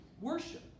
worship